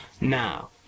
Now